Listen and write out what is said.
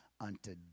unto